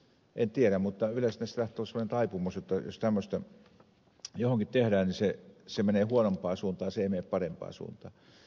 en tiedä mutta yleensä näissä tahtoo olla semmoinen taipumus jotta jos tämmöistä johonkin tehdään se menee huonompaan suuntaan se ei mene parempaan suuntaan